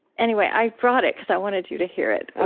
anyway, i brought it because i wanted you to hear it.